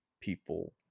people